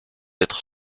être